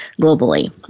globally